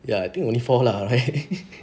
ya I think only four lah right